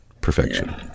perfection